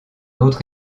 autre